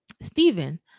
Stephen